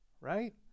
right